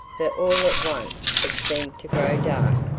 for all at once it seemed to grow dark,